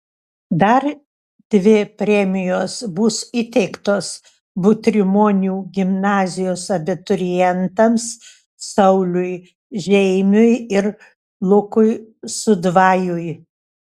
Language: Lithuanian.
dar dvi premijos bus įteiktos butrimonių gimnazijos abiturientams sauliui žeimiui ir lukui sudvajui